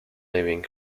living